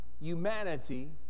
humanity